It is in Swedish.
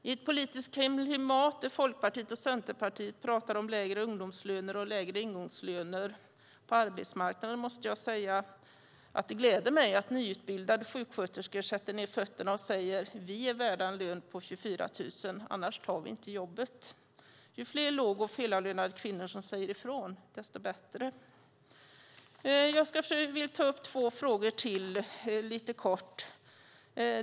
I ett politiskt klimat där Folkpartiet och Centerpartiet talar om lägre ungdomslöner och lägre ingångslöner på arbetsmarknaden måste jag säga att det gläder mig att nyutbildade sjuksköterskor sätter ned foten och säger: Vi är värda en lön på 24 000 - annars tar vi inte jobbet! Ju fler låg och felavlönade kvinnor som säger ifrån, desto bättre. Jag ska ta upp två frågor till lite kort.